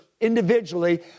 individually